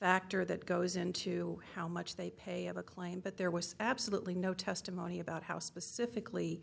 factor that goes into how much they pay of a claim but there was absolutely no testimony about how specifically